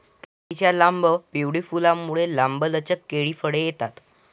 केळीच्या लांब, पिवळी फुलांमुळे, लांबलचक केळी फळे येतात